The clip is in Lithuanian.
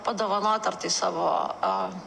padovanot ar tai savo a